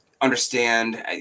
understand